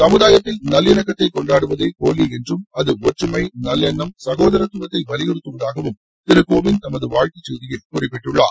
சமுதாயத்தில் நல்லிணக்கத்தை கொண்டாடுவதே ஹோலி என்றும் அது ஒற்றுமை நல்லெண்ணம் சகோதரத்துவத்தை வலியுறுத்துவதாகவும் திரு கோவிந்த் தமது வாழ்த்து செய்தியில் குறிப்பிட்டுள்ளார்